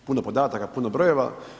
Puno podataka, puno brojeva.